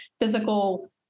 physical